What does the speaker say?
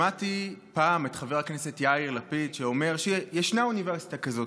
שמעתי פעם את חבר הכנסת יאיר לפיד אומר שישנה אוניברסיטה כזאת,